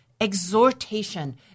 exhortation